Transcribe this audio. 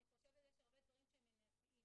אני חושבת שיש הרבה דברים שהם מניעתיים,